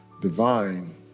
divine